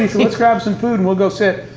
let's grab some food, and we'll go sit.